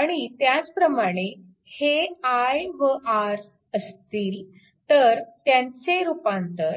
आणि त्याच प्रमाणे हे i व R असले तर त्यांचे रूपांतर